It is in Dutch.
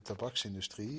tabaksindustrie